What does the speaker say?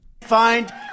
Find